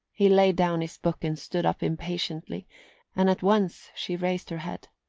he laid down his book and stood up impatiently and at once she raised her head.